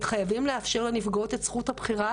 חייבים לאפשר לנפגעות את זכות הבחירה,